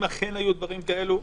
אם אכן היו דברים כאלה.